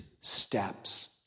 steps